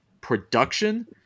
production